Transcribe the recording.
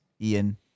Ian